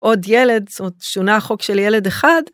עוד ילד, זאת אומרת שונה החוק של ילד אחד.